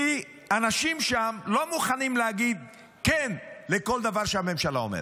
כי האנשים שם לא מוכנים להגיד כן לכל דבר שהממשלה אומרת.